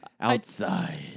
outside